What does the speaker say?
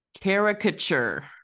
Caricature